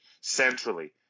centrally